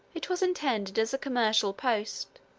it was intended as a commercial post,